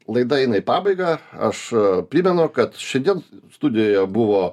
laida eina į pabaigą aš primenu kad šiandien studijoje buvo